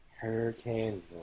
Hurricane